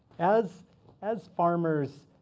as as farmers